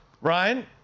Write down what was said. Ryan